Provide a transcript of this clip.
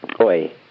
Oi